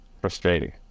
frustrating